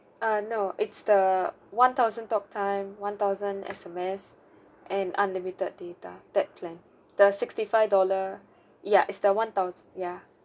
uh no it's the one thousand talk time one thousand S_M_S and unlimited data that plan the sixty five dollar ya is the one thous~ ya